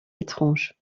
étrange